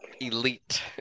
elite